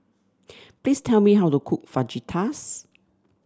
please tell me how to cook Fajitas